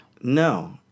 no